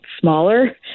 smaller